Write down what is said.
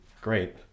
Great